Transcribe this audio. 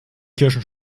kirschen